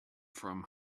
from